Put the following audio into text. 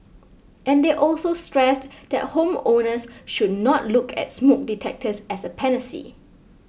and they also stressed that home owners should not look at smoke detectors as a panacea